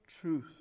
truth